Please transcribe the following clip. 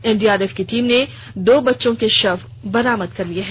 NDRF की team ने दो बच्चों के शव बरामद कर लिये हैं